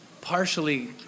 Partially